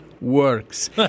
works